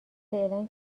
فعلا